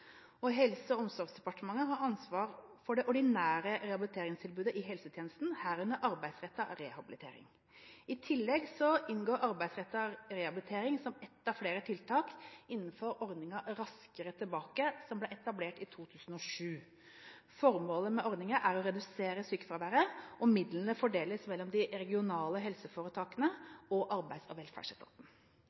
Helse- og omsorgsdepartementet har ansvaret for det ordinære rehabiliteringstilbudet i helsetjenesten, herunder arbeidsrettet rehabilitering. I tillegg inngår arbeidsrettet rehabilitering som ett av flere tiltak innenfor ordningen Raskere tilbake, som ble etablert i 2007. Formålet med ordningen er å redusere sykefraværet, og midlene fordeles mellom de regionale helseforetakene og Arbeids- og velferdsetaten. For 2013 er det bevilget 200 mill. kr til Arbeids- og velferdsetaten